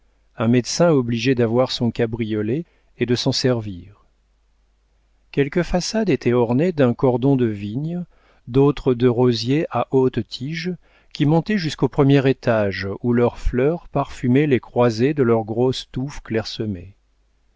un médecin obligé d'avoir son cabriolet et de s'en servir quelques façades étaient ornées d'un cordon de vigne d'autres de rosiers à haute tige qui montaient jusqu'au premier étage où leurs fleurs parfumaient les croisées de leurs grosses touffes clairsemées